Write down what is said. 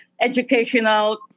educational